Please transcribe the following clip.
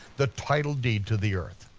the title deed to the earth.